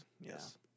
Yes